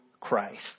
Christ